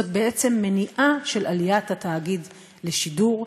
זאת בעצם מניעה של עליית התאגיד לשידור.